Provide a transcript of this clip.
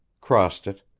crossed it,